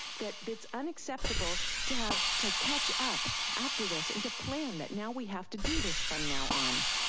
that it's unacceptable to have to catch up after this and to plan that now we have to do this from now on.